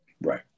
Right